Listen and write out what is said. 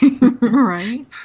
Right